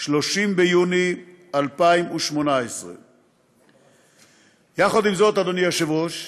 30 ביוני 2018. עם זה, אדוני היושב-ראש,